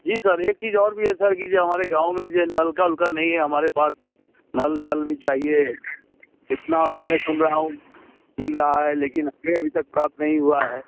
जी sir एक चीज़ और भी सर कि जो हमारे गाँव में जो नलका उलका नहीं है हमारे पास नल जल भी चाहिए इतना भी मैं सुन रहा हूँ मिल रहा है लेकिन हमें अभी तक प्राप्त नहीं हुआ है